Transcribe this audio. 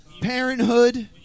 Parenthood